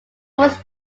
was